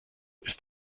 ist